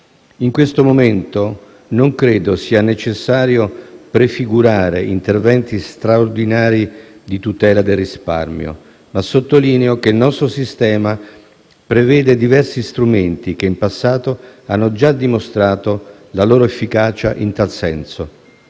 In questo momento non credo sia necessario prefigurare interventi straordinari di tutela del risparmio, ma sottolineo che il nostro sistema prevede diversi strumenti che in passato hanno già dimostrato la loro efficacia in tal senso.